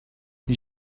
you